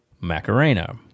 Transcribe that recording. Macarena